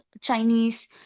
Chinese